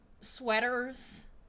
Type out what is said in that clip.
sweaters